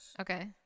Okay